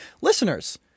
Listeners